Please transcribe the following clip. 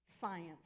science